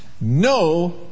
No